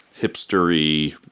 hipstery